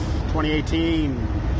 2018